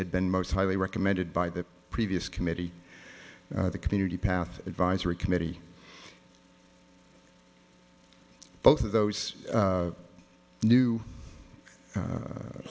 had been most highly recommended by the previous committee the community path advisory committee both of those new